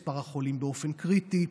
מספר החולים באופן קריטי,